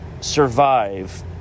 survive